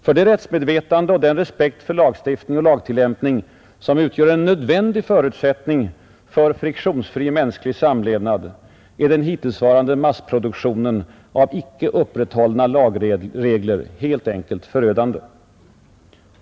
För det rättsmedvetande och den respekt för lagstiftning och lagtillämpning som utgör en nödvändig förutsättning för friktionsfri mänsklig samlevnad är den hittillsvarande massproduktionen av icke upprätthållna lagregler helt enkelt förödande.